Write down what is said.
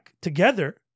together